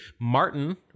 Martin